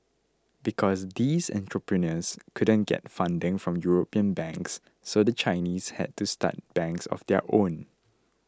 because these entrepreneurs couldn't get funding from European banks so the Chinese had to start banks of their own